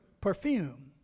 perfume